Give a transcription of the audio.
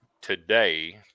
Today